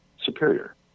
Superior